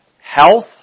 health